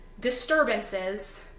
disturbances